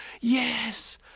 Yes